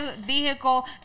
vehicle